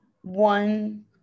one